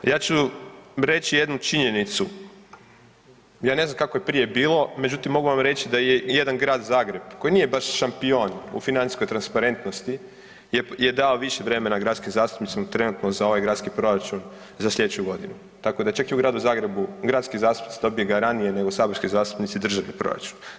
Ja ću vam reći jednu činjenicu, ja ne znam kako je prije bilo, međutim mogu vam reći da je jedan Grad Zagreb koji nije baš šampion u financijskoj transparentnosti je dao više vremena gradskim zastupnicima trenutno za ovaj gradski proračun za sljedeću godinu, tako da čak i u Gradu Zagrebu gradski zastupnici dobiju ga ranije nego saborski zastupnici državni proračun.